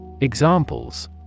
Examples